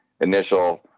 initial